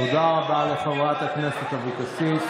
תודה רבה לחברת הכנסת אבקסיס.